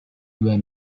were